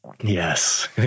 Yes